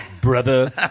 brother